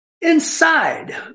Inside